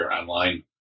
online